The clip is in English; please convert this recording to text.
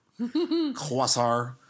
Quasar